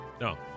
No